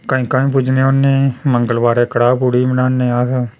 कंजकां बी पूजने होन्ने मंगलबारे कड़ाह् पूड़ी बनाने अस